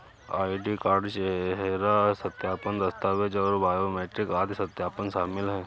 ID card, चेहरा सत्यापन, दस्तावेज़ और बायोमेट्रिक आदि सत्यापन शामिल हैं